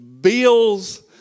bills